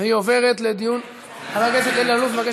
והיא עוברת לדיון, חבר הכנסת אלאלוף מבקש